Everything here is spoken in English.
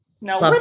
No